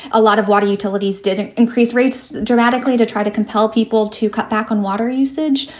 a lot of water utilities didn't increase rates dramatically to try to compel people to cut back on water usage.